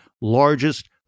largest